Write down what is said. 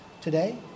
today